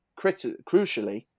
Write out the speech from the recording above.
crucially